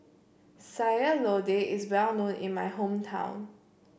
Sayur Lodeh is well known in my hometown